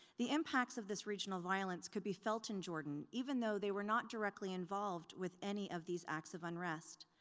the impacts of this regional violence could be felt in jordan even though they were not directly involved with any of these acts of unrest.